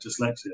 dyslexia